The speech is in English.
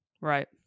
Right